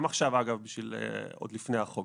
אגב, כבר עכשיו, עוד לפני החוק,